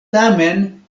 tamen